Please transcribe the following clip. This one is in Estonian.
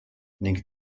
ning